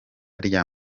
rya